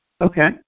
Okay